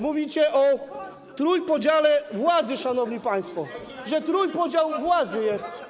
Mówicie o trójpodziale władzy, szanowni państwo, że trójpodział władzy jest.